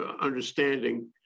understanding